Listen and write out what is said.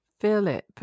Philip